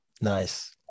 Nice